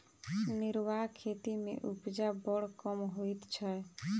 निर्वाह खेती मे उपजा बड़ कम होइत छै